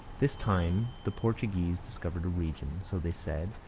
this time the portuguese discovered a region, so they said,